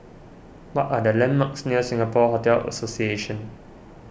what are the landmarks near Singapore Hotel Association